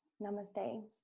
Namaste